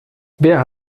wer